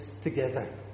together